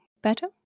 Better